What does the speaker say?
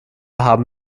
haben